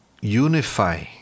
unify